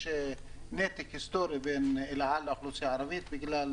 יש נתק היסטורי בין אל על לאוכלוסייה הערבית בגלל